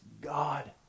God